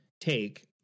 take